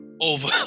over